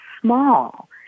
small